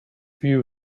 view